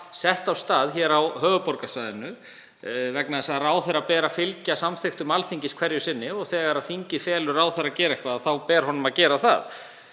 komið á fót á höfuðborgarsvæðinu, vegna þess að ráðherra ber að fylgja samþykktum Alþingis hverju sinni og þegar þingið felur ráðherra að gera eitthvað þá ber honum að gera það.